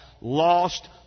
Lost